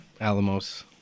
Alamos